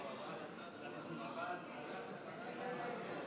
ההצבעה על